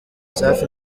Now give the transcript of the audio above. safi